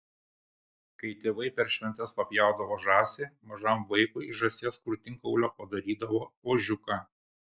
kai tėvai per šventes papjaudavo žąsį mažam vaikui iš žąsies krūtinkaulio padarydavo ožiuką